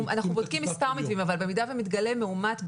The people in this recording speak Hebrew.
אנחנו בודקים מספר מקרים אבל במידה ומתגלה מאומת באנטיגן,